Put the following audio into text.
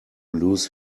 lose